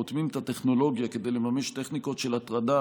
הרותמים את הטכנולוגיה כדי לממש טכניקות של הטרדה,